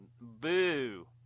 Boo